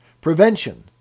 Prevention